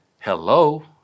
hello